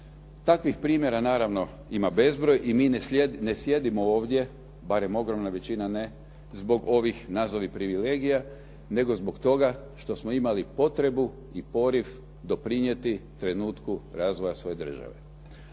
Takvih primjera naravno ima bezbroj i mi ne sjedimo ovdje, barem ogromna većina ne, zbog ovih nazovi privilegija, nego zbog toga što smo imali potrebu i poriv doprinijeti trenutku razvoja svoje države.